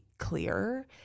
Clear